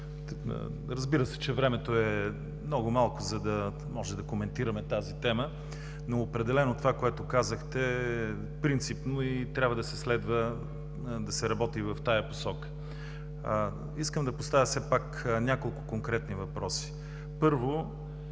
за отговора. Времето е много малко, за да можем да коментираме тази тема, но определено това, което казахте, е принципно и трябва да се работи в тази посока. Искам да поставя няколко конкретни въпроси. Първо,